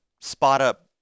spot-up